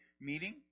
meeting